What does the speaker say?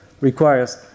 requires